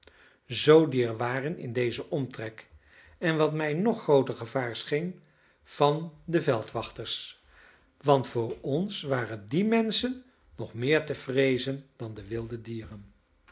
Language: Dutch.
zoo die er waren in dezen omtrek en wat mij nog grooter gevaar scheen van de veldwachters want voor ons waren die menschen nog meer te vreezen dan de wilde dieren